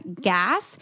gas